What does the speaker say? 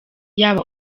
yaba